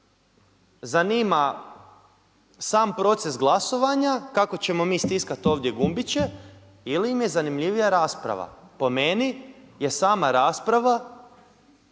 zanima sam proces glasovanja, kako ćemo mi stiskati ovdje gumbiće ili im je zanimljivija rasprava? Pa meni je sama rasprava